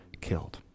killed